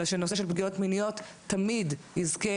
אלא שנושא של פגיעות מיניות תמיד יזכה